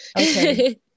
Okay